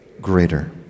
greater